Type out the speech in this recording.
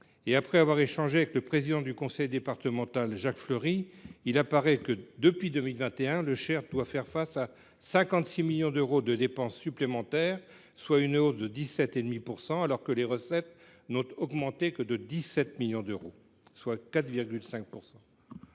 Après avoir échangé avec Jacques Fleury, président du conseil départemental, il apparaît que, depuis 2021, le Cher doit faire face à 56 millions d’euros de dépenses supplémentaires, une hausse de 17,5 %, alors que les recettes n’ont augmenté que de 17 millions, une progression de 4,5 %.